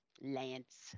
Lance